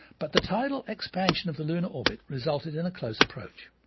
but the tidal expansion of the lunar orbit resulted in a close approach.